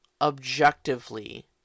objectively